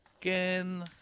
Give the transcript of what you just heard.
again